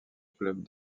club